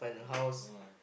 !wah!